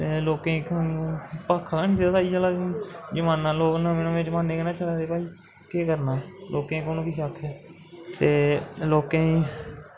ते लोकें गी भाखा गै निं जमाना लोग नमें नमें जमानें कन्नै चला दे भाई केह् करना लोकें गी केह् कोई आक्खै ते लोकें गी